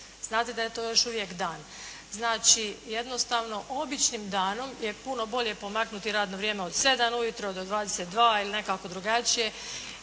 znate da je to još uvijek dan. Znači jednostavno običnim danom je puno bolje pomaknuti radno vrijeme od 7 ujutro do 22 ili nekako drugačije.